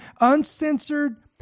uncensored